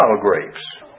grapes